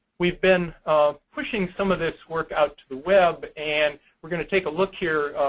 we've been pushing some of this work out to the web. and we're going to take a look here,